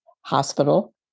Hospital